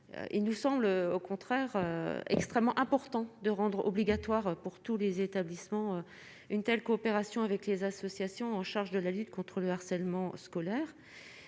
il nous semble au contraire extrêmement important de rendre obligatoire pour tous les établissements, une telle coopération avec les associations en charge de la lutte contre le harcèlement scolaire